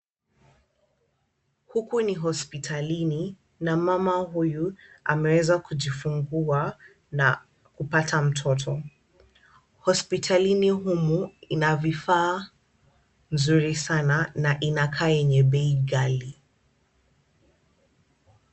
Huku ni hospitalini na mama huyu ameweza kujifungua na kupata mtoto. Hospitalini humu ina vifaa nzuri sana na inakaa yenye bei ghali.